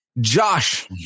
Josh